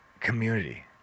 community